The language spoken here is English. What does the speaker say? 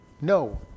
no